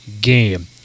game